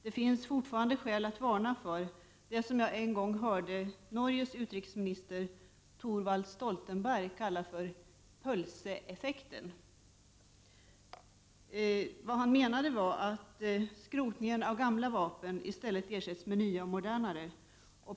Det finns fortfarande skäl att varna för det som jag en gång hörde Norges utrikesminister Thorwald Stoltenberg kalla ”pölseeffekten”. Vad han menade var att när gamla vapen skrotas ersätts de med nya och modernare.